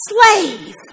slave